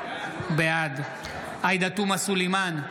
בעד עאידה תומא סלימאן,